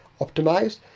optimized